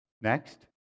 Next